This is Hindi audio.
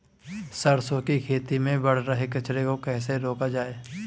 सरसों की खेती में बढ़ रहे कचरे को कैसे रोका जाए?